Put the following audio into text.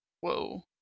Whoa